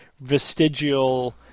vestigial